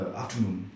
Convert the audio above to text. afternoon